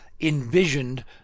envisioned